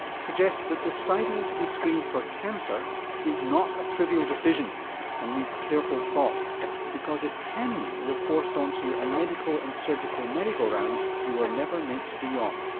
suggest that deciding to be screened for cancer is not a trivial decision and needs careful thought because it can mean you're forced onto a medical and surgical merry go round you were never meant to be on.